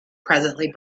presently